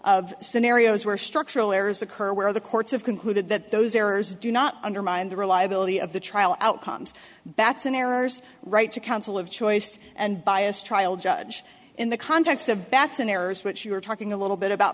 of scenarios where structural errors occur where the courts have concluded that those errors do not undermine the reliability of the trial outcomes batson errors right to counsel of choice and biased trial judge in the context of batson errors which you were talking a little bit about